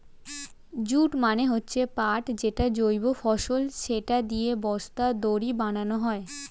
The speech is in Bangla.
জুট মানে হচ্ছে পাট যেটা জৈব ফসল, সেটা দিয়ে বস্তা, দড়ি বানানো হয়